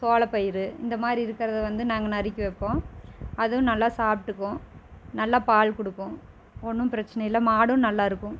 சோளப்பயிர் இந்தமாதிரி இருக்கிறத வந்து நாங்கள் நறுக்கி வைப்போம் அதுவும் நல்லா சாப்பிட்டுக்கும் நல்லா பால் கொடுக்கும் ஒன்றும் பிரச்சனை இல்லை மாடும் நல்லா இருக்கும்